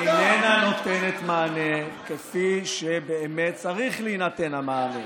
היא איננה נותנת מענה כפי שבאמת המענה